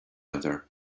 other